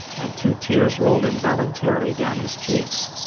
and two tears rolled involuntarily down his cheeks.